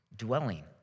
dwelling